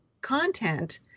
content